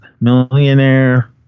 Millionaire